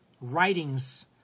writings